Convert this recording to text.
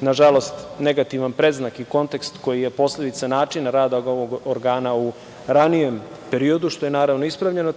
nažalsot negativan predznak i kontekst koji je posledica načina rada ovog organa u ranijem periodu, što je ispravljeno.